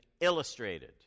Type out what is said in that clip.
illustrated